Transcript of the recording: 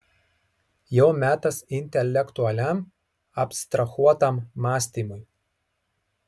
jau metas intelektualiam abstrahuotam mąstymui